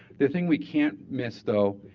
the thing we can't miss, though,